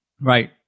right